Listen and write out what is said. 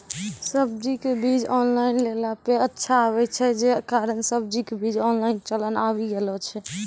सब्जी के बीज ऑनलाइन लेला पे अच्छा आवे छै, जे कारण सब्जी के बीज ऑनलाइन चलन आवी गेलौ छै?